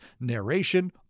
narration